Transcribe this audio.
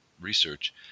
research